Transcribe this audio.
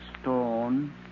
stone